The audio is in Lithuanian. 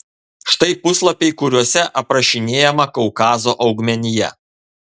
štai puslapiai kuriuose aprašinėjama kaukazo augmenija